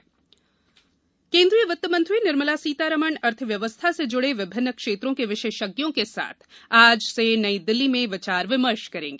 Nirmala budget परामर्श केन्द्रीय वित्त मंत्री निर्मला सीतारामन अर्थव्यवस्था से जुड़े विभिन्न क्षेत्रों के विशेषज्ञों के साथ आज से नई दिल्ली में विचार विमर्श करेंगी